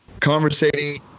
conversating